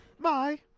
bye